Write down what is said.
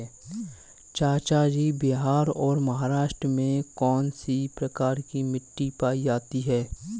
चाचा जी बिहार और महाराष्ट्र में कौन सी प्रकार की मिट्टी पाई जाती है?